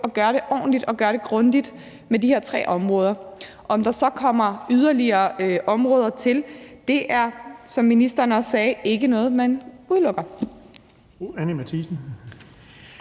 at gøre det ordentligt og gøre det grundigt på de her tre områder. Om der så kommer yderligere områder til, er, som ministeren også sagde, ikke noget, man udelukker.